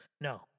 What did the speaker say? No